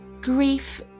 Grief